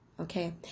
okay